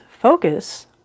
focus